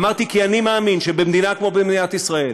אמרתי: כי אני מאמין שבמדינה כמו מדינת ישראל,